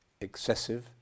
excessive